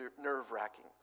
nerve-wracking